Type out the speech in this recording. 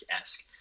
esque